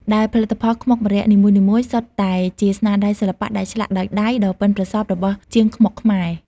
ដែលផលិតផលខ្មុកម្រ័ក្សណ៍នីមួយៗសុទ្ធតែជាស្នាដៃសិល្បៈដែលឆ្លាក់ដោយដៃដ៏ប៉ិនប្រសប់របស់ជាងខ្មុកខ្មែរ។